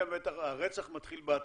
הרצח מתחיל בהתחלה,